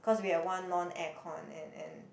cause we have one non air con and and